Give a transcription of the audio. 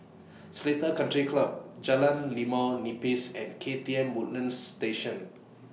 Seletar Country Club Jalan Limau Nipis and K T M Woodlands Station